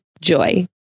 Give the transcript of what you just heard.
Joy